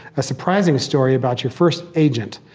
a surprising story about your first agent.